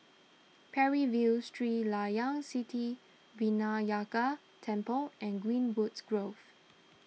Parry View Sri Layan Sithi Vinayagar Temple and Greenwoods Grove